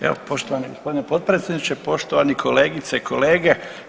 Evo poštovani g. potpredsjedniče, poštovani kolegice i kolege.